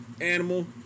animal